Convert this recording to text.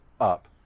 up